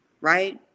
right